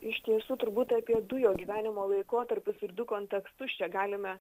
iš tiesų turbūt apie du jo gyvenimo laikotarpius ir du kontekstus čia galime